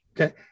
Okay